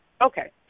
Okay